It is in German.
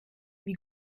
wie